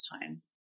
time